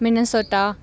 minnesota